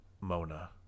Mona